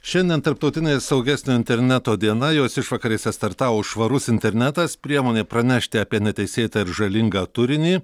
šiandien tarptautinė saugesnio interneto diena jos išvakarėse startavo švarus internetas priemonė pranešti apie neteisėtą ir žalingą turinį